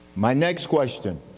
my next question,